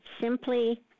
Simply